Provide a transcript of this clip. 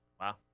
Wow